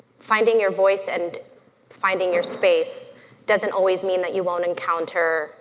finding your voice and finding your space doesn't always mean that you won't encounter